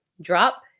Drop